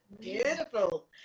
Beautiful